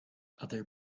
other